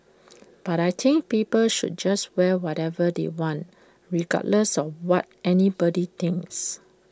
but I think people should just wear whatever they want regardless of what anybody thinks